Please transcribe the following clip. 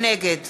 נגד